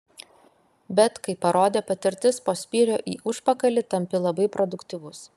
bet kaip parodė patirtis po spyrio į užpakalį tampi labai produktyvus